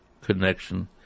connection